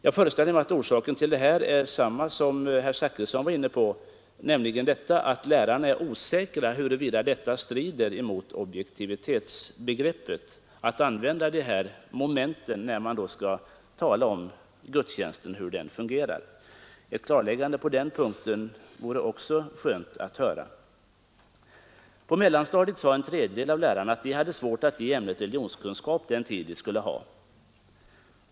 Jag föreställer mig att orsaken till det är densamma som den herr Zachrisson var inne på, nämligen att lärarna är osäkra om huruvida det strider mot objektivitetsbegreppet att använda de här momenten när de talar om hur gudstjänsten fungerar. Ett klarläggande på den punkten vore också skönt att få. På mellanstadiet sade en tredjedel av lärarna att de hade svårt att ge ämnet religionskunskap den tid det skulle ha.